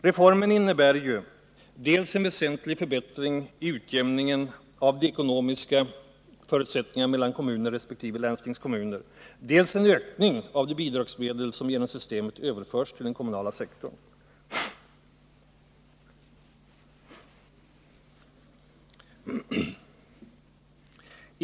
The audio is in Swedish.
Reformen innebär ju dels en väsentlig förbättring i utjämningen av de ekonomiska förutsättningarna mellan kommuner resp. landstingskommuner, dels en ökning av de bidragsmedel som genom systemet överförs till den kommunala sektorn.